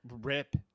Rip